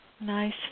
Nice